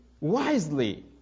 wisely